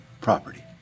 property